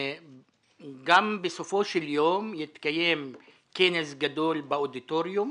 בסופו של יום יתקיים כנס גדול באודיטוריום